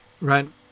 right